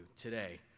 today